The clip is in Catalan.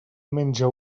menja